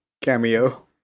cameo